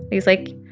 but was like,